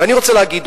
ואני רוצה להגיד,